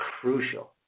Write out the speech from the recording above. crucial